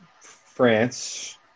France